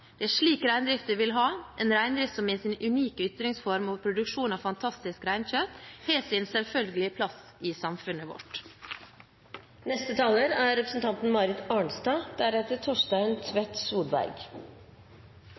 Det er slik reindrift vi vil ha – en reindrift som med sin unike ytringsform og produksjon av fantastisk reinkjøtt har sin selvfølgelige plass i samfunnet vårt. Angrep er